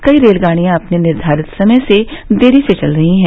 कई रेलगाड़ियां अपने निर्धारित समय से देरी से चल रही हैं